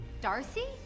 Darcy